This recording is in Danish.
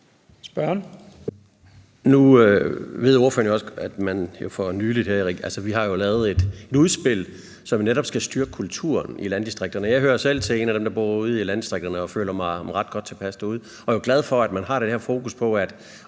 Kim Aas (S): Nu ved ordføreren jo også godt, at vi for nylig har lavet et udspil, som netop skal styrke kulturen i landdistrikterne. Men jeg hører selv til en af dem, der bor ude i landdistrikterne og føler mig ret godt tilpas derude, og jeg er jo glad for, at man har det her fokus på, at